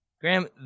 Graham